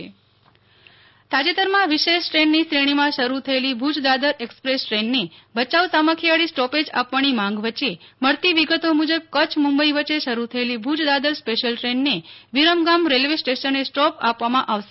Nehal Thakkar Bhuj Dadar express તાજેતરમાં વિશેષ દ્રેનની શ્રેણીમાં શરૂ થયેલી ભુજ દાદર એકસપ્રેસ દ્રેનને ભયાઉ સામખિયાળી સ્ટોપેજ આપવાની માંગ વચ્ચે મળતી વિગતો મુજબ કચ્છ મુબઈ વચ્ચે શરૂ થયેલી ભુજ દાદર સ્પેશ્યલ દ્રેનને વિરમગામ રેલ્વે સ્ટેશને સ્ટોપ આપવામાં આવશે